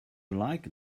like